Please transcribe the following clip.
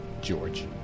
George